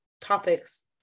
topics